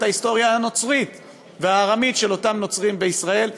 ההיסטוריה הנוצרית והארמית של אותם נוצרים בישראל.